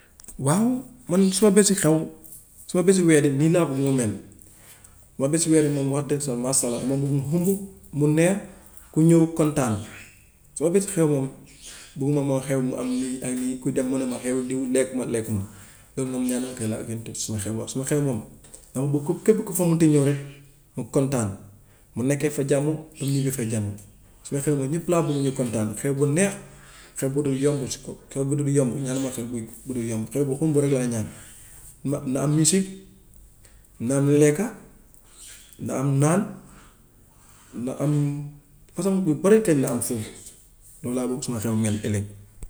Waaw man suma bésu xew suma bésu wedding nii laa bëgg mu mel sama bésu wedding moom wax masha allah dama bëgg mu xumb, mu neex ku ñëw kontaan sama bésu xew moom bëgguma moom xew mu am nii ak nii ku dem mu ne ma xewu diw lekku ma lekku ma loolu moom ñaanu ma ko yàlla ko ci suma xew what suma xew moom dama bëgg képp ku fa mun ti ñëw rek mu kontaan mu nekkee fa jàmm mu ñibbee fa jàmm. Sama xew moom ñëpp laa bugg ñu kontaan xew bu neex, xew bu dul yomb ci kooku xew bu dul yomb ñaanu ma xew buy bu dul yomb xew bu xumb rek laay ñaan na na am musique na am lekka na am naan na am lu bëri kay na am foofu noonu laa bëgg suma xew mel ëllëg.